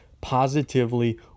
positively